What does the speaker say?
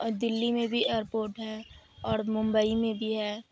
اور دہلی میں بھی ایئرپورٹ ہے اور ممبئی میں بھی ہے